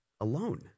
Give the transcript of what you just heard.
alone